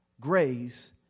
grace